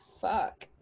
fuck